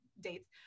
dates